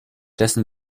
dessen